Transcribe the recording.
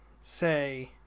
say